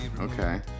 Okay